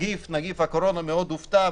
שנגיף הקורונה מאוד הופתע,